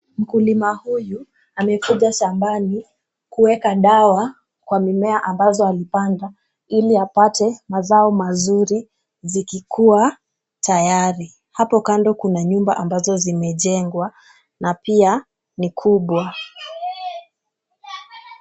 Mkulima huyu amekuja shambani kueka dawa kwa mimea ambazo alipanda, ili apate mazao mazuri zikikuwa tayari. Hapo kando kuna nyumba ambazo zimejengwa na pia ni kubwa.